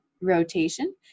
rotation